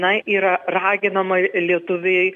na yra raginama lietuviai